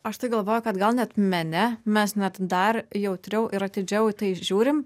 aš tai galvoju kad gal net mene mes net dar jautriau ir atidžiau į tai žiūrim